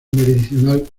meridional